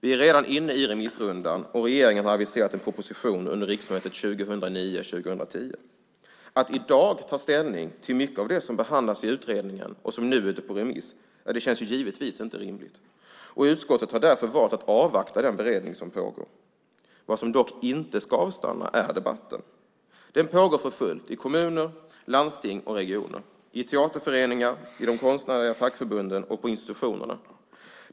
Vi är redan inne i remissrundan, och regeringen har aviserat en proposition under riksmötet 2009/10. Att i dag ta ställning till mycket av det som behandlas i utredningen och som nu är ute på remiss känns givetvis inte rimligt. Utskottet har därför valt att avvakta den beredning som pågår. Vad som dock inte ska avstanna är debatten. Den pågår för fullt i kommuner, landsting och regioner, i teaterföreningar, i de konstnärliga fackförbunden och på institutionerna.